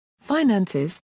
Finances